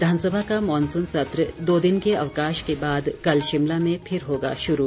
विधानसभा का मॉनसून सत्र दो दिन के अवकाश के बाद कल शिमला में फिर होगा शुरू